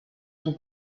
son